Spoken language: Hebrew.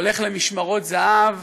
הולך למשמרות זהב,